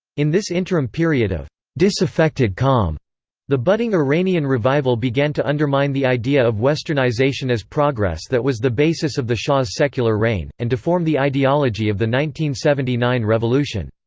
in this interim period of disaffected calm the budding iranian revival began to undermine the idea of westernization as progress that was the basis of the shah's secular reign, and to form the ideology of the one seventy nine revolution.